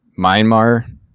Myanmar